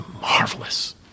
marvelous